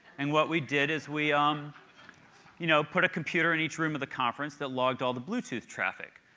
and what we did is we, um you know, put a computer in each room of the conference that logged all the bluetooth traffic.